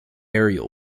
ariel